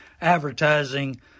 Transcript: advertising